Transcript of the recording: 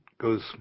goes